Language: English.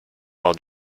while